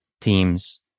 teams